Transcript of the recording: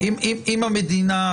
אם המדינה,